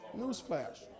Newsflash